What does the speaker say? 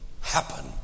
happen